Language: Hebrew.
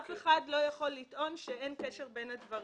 אף אחד לא יכול לטעון שאין קשר בין הדברים.